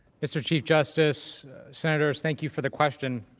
mr. chief justice centers thank you for the question,